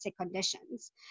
conditions